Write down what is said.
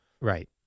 Right